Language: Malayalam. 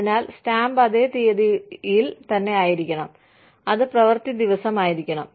അതിനാൽ സ്റ്റാമ്പ് അതേ തീയതിയിൽ തന്നെ ആയിരിക്കണം അത് പ്രവൃത്തി ദിവസമായിരിക്കണം